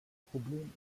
problem